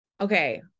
okay